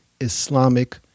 Islamic